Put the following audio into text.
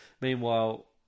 Meanwhile